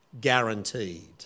guaranteed